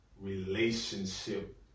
relationship